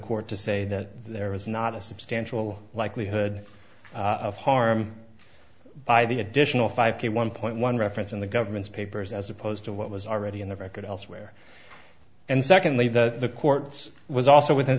court to say that there was not a substantial likelihood of harm by the additional five k one point one reference in the government's papers as opposed to what was already in the record elsewhere and secondly the courts was also within